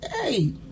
hey